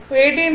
2o